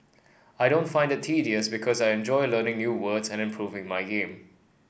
I don't find it tedious because I enjoy learning new words and improving my game